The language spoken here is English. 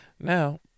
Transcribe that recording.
Now